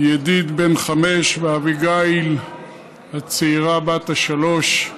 ידיד, בן חמש, ואביגיל הצעירה, בת שלוש.